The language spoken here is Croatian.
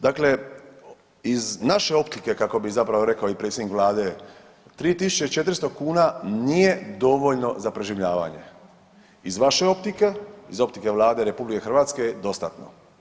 Dakle, iz naše optike kako bi zapravo rekao i predsjednik vlade 3.400 kuna nije dovoljno za preživljavanje, iz vaše optike, iz optike Vlade RH je dostatno.